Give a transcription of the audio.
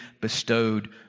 bestowed